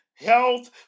health